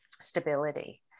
stability